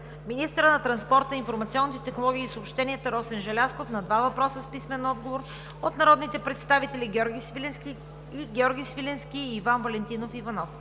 министърът на транспорта, информационните технологии и съобщенията Росен Желязков – на два въпроса с писмен отговор от народните представители Георги Свиленски; и Георги Свиленски и Иван